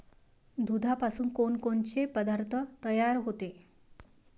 दुधापासून कोनकोनचे पदार्थ तयार होते?